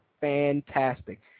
fantastic